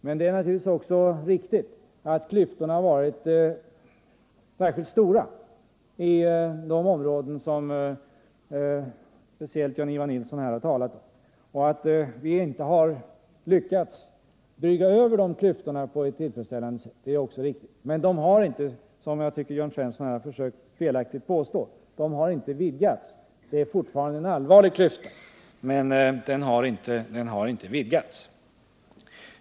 Men det är naturligtvis riktigt att klyftorna varit särskilt stora i de områden som speciellt Jan-Ivan Nilsson här har talat om. Att vi inte har lyckats brygga över de klyftorna på ett tillfredsställande sätt är också riktigt, men de har inte vidgats som Jörn Svensson — som jag tycker felaktigt — har påstått. Det är fortfarande en allvarlig klyfta, men den har inte vidgats.